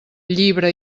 llibre